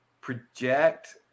project